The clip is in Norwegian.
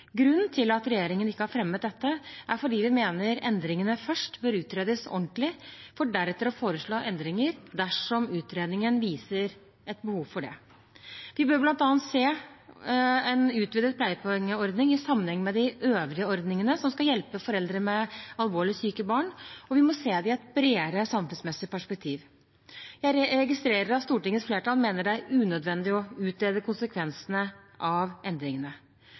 Grunnen til at regjeringen ikke har fremmet dette, er at vi mener endringene først bør utredes ordentlig, for deretter å foreslå endringer dersom utredningen viser et behov for det. Vi bør bl.a. se en utvidet pleiepengeordning i sammenheng med de øvrige ordningene som skal hjelpe foreldre med alvorlig syke barn, og vi må se det i et bredere samfunnsmessig perspektiv. Jeg registrerer at Stortingets flertall mener det er unødvendig å utrede konsekvensene av endringene.